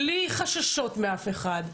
בלי חששות מאף אחד,